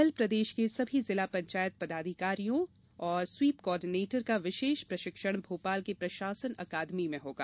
कल प्रदेश के सभी जिला पंचायत पदाधिकारियों ओर स्वीप कॉर्डिनेटर का विशेष प्रशिक्षण भोपाल के प्रशासन अकादमी में होगा